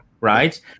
right